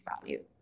value